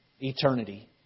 eternity